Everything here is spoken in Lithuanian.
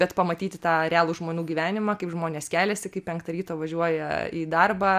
bet pamatyti tą realų žmonių gyvenimą kaip žmonės keliasi kaip penktą ryto važiuoja į darbą